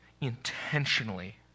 intentionally